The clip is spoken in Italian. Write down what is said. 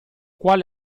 qual